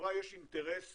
לחברה יש אינטרס